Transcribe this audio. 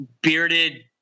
bearded